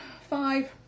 five